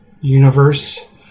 universe